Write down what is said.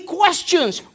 questions